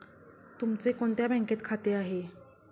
तुमचे कोणत्या बँकेत खाते आहे?